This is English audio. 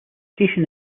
station